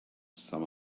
some